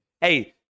hey